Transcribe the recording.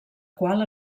qual